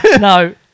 No